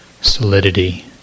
solidity